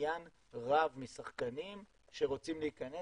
עניין רב משחקנים שרוצים להיכנס.